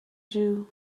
jew